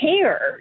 care